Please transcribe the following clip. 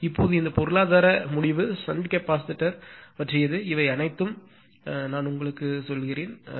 இப்போது இந்த பொருளாதார முடிவு ஷண்ட் கெபாசிட்டர் பற்றியது இவை அனைத்தும் இதை நான் உங்களுக்குச் சொல்கிறேன் ஆனால்